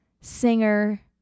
singer